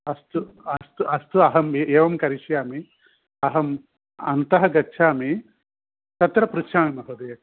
अस्तु अस्तु अस्तु अहम् एवं करिष्यामि अहम् अन्तः गच्छामि तत्र पृच्छामि महोदय